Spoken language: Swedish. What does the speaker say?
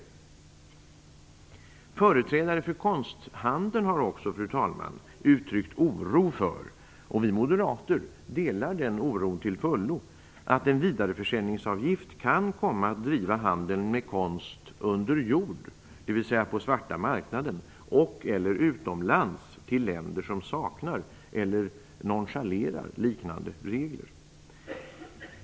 Företrädare för konsthandeln har också, fru talman, uttryckt oro för - och vi moderater delar den oron till fullo - att en vidareförsäljningsavgift kan komma att driva handeln med konst "under jord", dvs. på svarta marknaden och/eller utomlands till länder som saknar eller nonchalerar liknande regler.